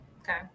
okay